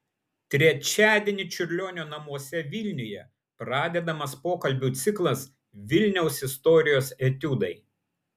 trečiadienį čiurlionio namuose vilniuje pradedamas pokalbių ciklas vilniaus istorijos etiudai